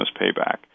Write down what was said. payback